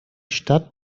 stadt